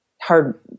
hard